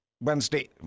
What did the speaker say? Wednesday